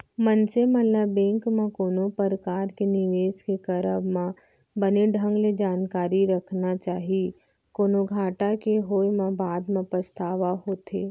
मनसे मन ल बेंक म कोनो परकार के निवेस के करब म बने ढंग ले जानकारी रखना चाही, कोनो घाटा के होय म बाद म पछतावा होथे